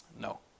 No